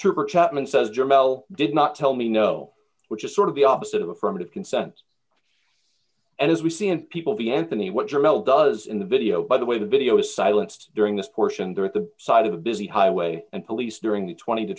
mel did not tell me no which is sort of the opposite of affirmative consent and as we see in people b anthony what your belt does in the video by the way the video was silenced during this portion there at the side of a busy highway and police during the twenty to